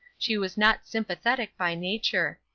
she was not sympathetic by nature.